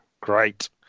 great